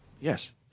Yes